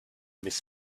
miss